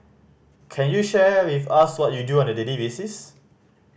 can you share with us what you do on a daily basis